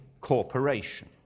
corporation